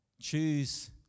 Choose